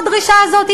הדרישה הזאת?